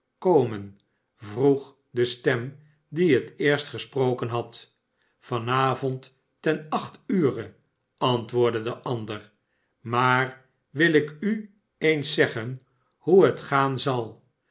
komen vroeg de stem die het eerst gesproken had van avond ten acht ure antwoordde de ander maar wil ik u eens zeggen hoe het gaan zal